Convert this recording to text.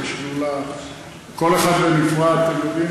את השדולה,